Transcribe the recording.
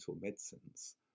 medicines